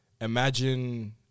imagine